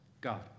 God